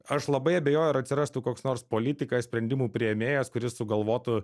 aš labai abejoju ar atsirastų koks nors politikas sprendimų priėmėjas kuris sugalvotų